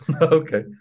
Okay